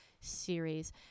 Series